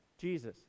jesus